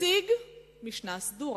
הציג משנה סדורה,